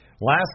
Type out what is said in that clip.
Last